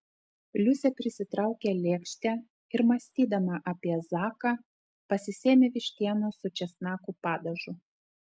liusė prisitraukė lėkštę ir mąstydama apie zaką pasisėmė vištienos su česnakų padažu